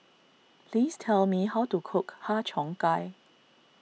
please tell me how to cook Har Cheong Gai